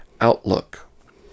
outlook